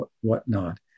whatnot